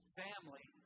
family